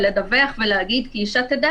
לדווח ולהגיד כי אישה תדע